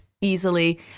easily